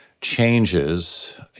changes